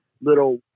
little